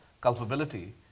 culpability